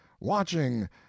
watching